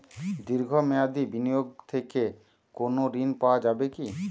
দীর্ঘ মেয়াদি বিনিয়োগ থেকে কোনো ঋন পাওয়া যাবে কী?